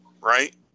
right